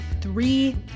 three